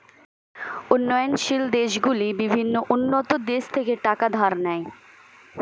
উন্নয়নশীল দেশগুলি বিভিন্ন উন্নত দেশ থেকে টাকা ধার নেয়